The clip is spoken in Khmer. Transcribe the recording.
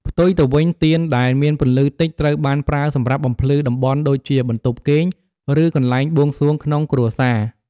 ផ្ទុយទៅវិញ ទៀនដែលមានពន្លឺតិច ត្រូវបានប្រើសម្រាប់បំភ្លឺតំបន់ដូចជាបន្ទប់គេង ឬកន្លែងបួងសួងក្នុងគ្រួសារ។